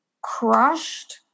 crushed